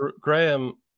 Graham